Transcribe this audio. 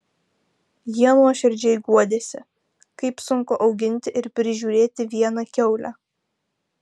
jie nuoširdžiai guodėsi kaip sunku auginti ir prižiūrėti vieną kiaulę